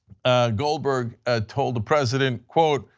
goldberg ah told the president, court,